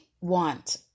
want